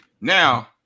Now